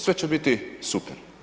Sve će biti super.